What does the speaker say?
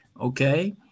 Okay